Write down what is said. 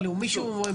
כאילו מישהו,